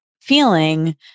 feeling